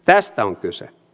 tästä on kyse